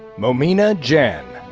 momena jan.